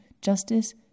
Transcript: justice